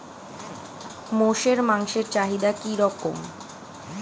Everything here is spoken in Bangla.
মোষের মাংসের চাহিদা কি রকম?